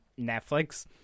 Netflix